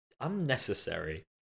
unnecessary